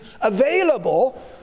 available